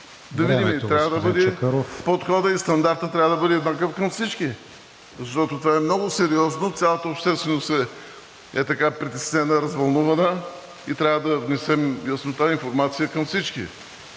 ЧАКЪРОВ: Подходът и стандартът трябва да бъдат еднакви към всички. Защото това е много сериозно – цялата общественост е така притеснена, развълнувана и трябва да внесем яснота и информация към всички.